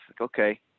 okay